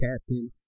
captain